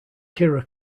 kira